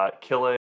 killing